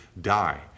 die